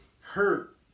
hurt